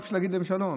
רק להגיד להם שלום,